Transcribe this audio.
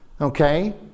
okay